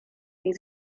tej